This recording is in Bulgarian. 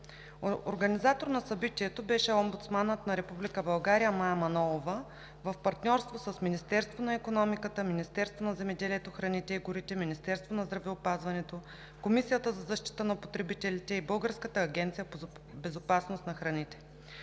Организатор на събитието беше Омбудсманът на Република България – Мая Манолова, в партньорство с Министерството на икономиката, Министерството на земеделието, храните и горите, Министерството на здравеопазването, Комисията за защита на потребителите и Българската агенция по безопасност на храните.